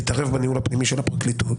כדי להתערב בניהול הפנימי של הפרקליטות,